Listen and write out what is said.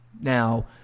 Now